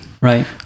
right